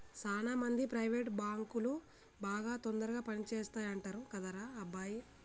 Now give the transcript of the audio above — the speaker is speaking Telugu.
సాన మంది ప్రైవేట్ బాంకులు బాగా తొందరగా పని చేస్తాయంటరు కదరా అబ్బాయి